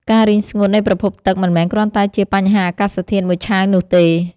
ការរីងស្ងួតនៃប្រភពទឹកមិនមែនគ្រាន់តែជាបញ្ហាអាកាសធាតុមួយឆាវនោះទេ។